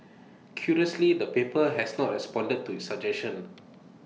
curiously the paper has not responded to suggestion